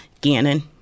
Gannon